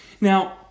Now